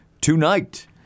tonight